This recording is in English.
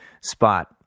spot